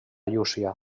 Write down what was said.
llúcia